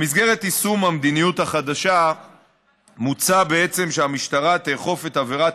במסגרת יישום המדיניות החדשה מוצע בעצם שהמשטרה תאכוף בעבירת